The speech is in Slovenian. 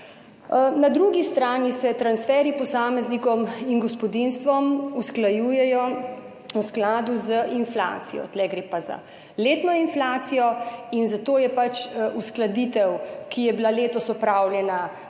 Na drugi strani se transferji posameznikom in gospodinjstvom usklajujejo v skladu z inflacijo. Tu gre pa za letno inflacijo, zato je bila pač uskladitev, ki je bila letos opravljena, za